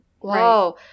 wow